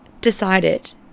decided